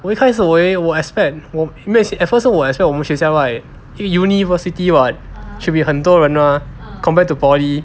我一开始我以为我 expect at first 是我 expect 我们学校 right eh university [what] should be 很多人 mah compared to poly